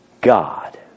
God